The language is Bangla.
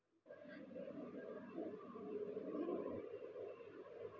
উইন্নবার হচ্ছে এক ধরনের প্রতিক্রিয়া যেটা দিয়ে শস্য থেকে বাইরের খোসা গুলো ছাড়ানো হয়